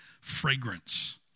fragrance